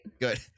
Good